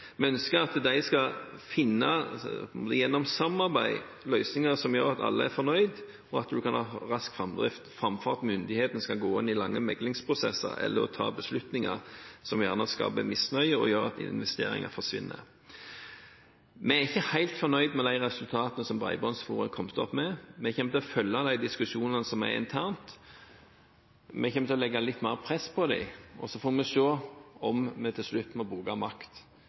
Vi ønsker at de gjennom samarbeid skal finne løsninger som gjør at alle er fornøyde, og at en kan ha rask framdrift, framfor at myndighetene skal gå inn i lange meklingsprosesser eller ta beslutninger som gjerne skaper misnøye og gjør at investeringer forsvinner. Vi er ikke helt fornøyd med de resultatene som Bredbåndsforum har kommet opp med. Vi kommer til å følge de diskusjonene som er internt, og vi kommer til å legge litt mer press på dem. Så får vi se om vi til slutt må bruke makt